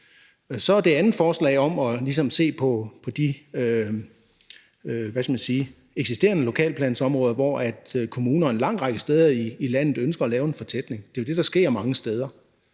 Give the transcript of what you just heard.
er der det andet forslag om ligesom at se på de eksisterende lokalplansområder, hvor kommuner en lang række steder i landet ønsker at lave en fortætning. Det er jo det, der sker mange steder: